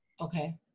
Okay